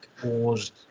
caused